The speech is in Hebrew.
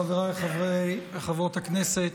חבריי וחברות הכנסת,